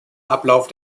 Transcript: ablauf